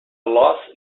loss